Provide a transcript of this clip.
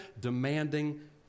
DEMANDING